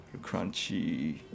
Crunchy